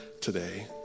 today